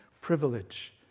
privilege